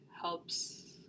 helps